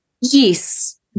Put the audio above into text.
Yes